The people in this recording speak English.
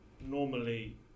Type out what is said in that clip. normally